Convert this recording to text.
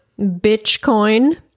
BitchCoin